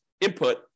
input